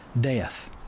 death